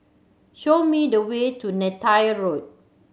show me the way to Neythai Road